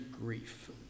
grief